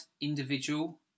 individual